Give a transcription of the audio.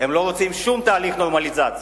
הם לא רוצים שום תהליך נורמליזציה.